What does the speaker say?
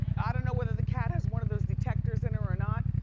i don't know whether the cat has one of those detectors in her or not.